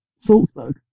Salzburg